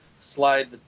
slide